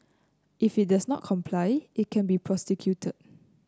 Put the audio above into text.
if it does not comply it can be prosecuted